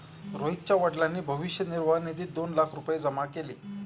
रोहितच्या वडिलांनी भविष्य निर्वाह निधीत दोन लाख रुपये जमा केले